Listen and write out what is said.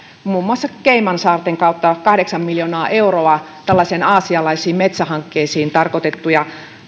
muun muassa caymansaarten kautta kahdeksan miljoonaa euroa aasialaisiin metsähankkeisiin tarkoitettuja